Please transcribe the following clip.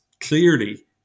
clearly